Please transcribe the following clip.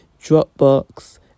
Dropbox